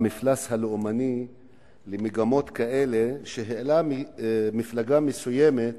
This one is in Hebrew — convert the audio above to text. המפלס הלאומני למגמות כאלה שהעלה מפלגה מסוימת